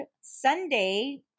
Sunday